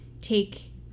take